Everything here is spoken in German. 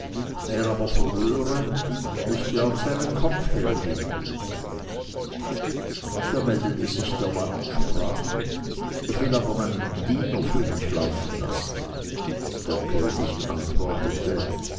wer aber verlöre müßte auch seinen kopf hergeben da meldete sich der mann und sprach ich will aber meinen diener für mich laufen lassen der könig antwortete